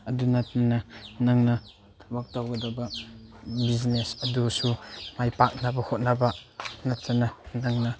ꯑꯗꯨ ꯅꯠꯇꯅ ꯅꯪꯅ ꯊꯕꯛ ꯇꯧꯒꯗꯕ ꯕꯤꯖꯤꯅꯦꯁ ꯑꯗꯨꯁꯨ ꯃꯥꯏ ꯄꯥꯛꯅꯕ ꯍꯣꯠꯅꯕ ꯅꯠꯇꯅ ꯅꯪꯅ